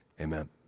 Amen